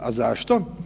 A zašto?